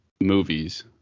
movies